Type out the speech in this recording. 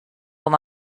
com